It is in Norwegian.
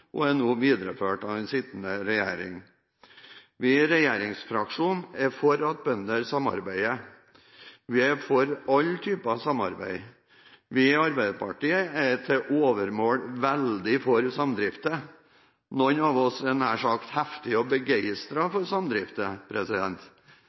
og er nå videreført av den sittende regjering. Vi i regjeringsfraksjonen er for at bønder samarbeider. Vi er for alle typer samarbeid. Vi i Arbeiderpartiet er til overmål veldig for samdrifter. Noen av oss nær sagt heftig og